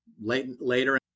later